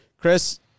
Chris